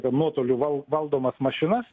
nuotoliu val valdomas mašinas